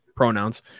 pronouns